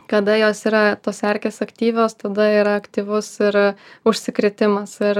kada jos yra tos erkės aktyvios tada yra aktyvus ir užsikrėtimas ir